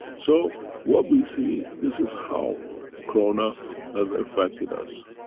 so what we see, this is how corona has affected us.